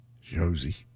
Josie